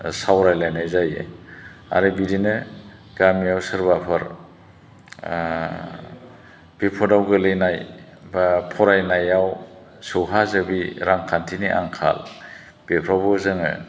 सावराय लायनाय जायो आरो बिदिनो गामिआव सोरबाफोर बिफदआव गोग्लैनाय एबा फरायनायाव सौहाजोबै रांखान्थिनि आंखाल बेफोरावबो जोङो